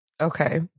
Okay